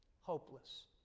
hopeless